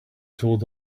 told